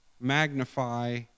magnify